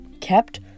Kept